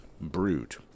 Brood